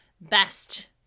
best